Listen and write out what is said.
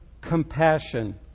compassion